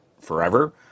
forever